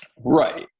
Right